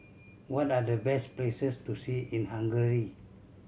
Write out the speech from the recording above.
what are the best places to see in Hungary